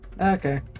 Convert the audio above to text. Okay